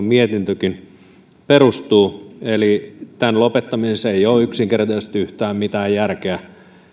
mietintökin perustuu eli tämän lopettamisessa ei ole yksinkertaisesti yhtään mitään järkeä